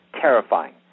terrifying